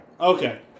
Okay